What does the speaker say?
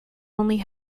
only